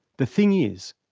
the thing is,